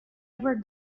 ever